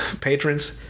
patrons